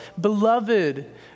beloved